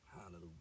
hallelujah